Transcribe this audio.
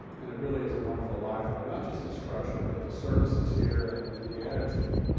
and it really is a wonderful library, not just the structure but the services here and and the attitude,